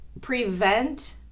prevent